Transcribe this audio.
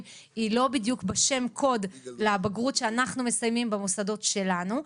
היא לא בדיוק בשם קוד לבגרות שאנחנו מסיימים במוסדות שלנו,